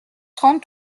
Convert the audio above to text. trente